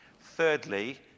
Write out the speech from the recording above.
Thirdly